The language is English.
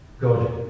God